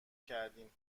کردیم